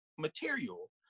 material